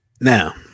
Now